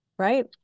right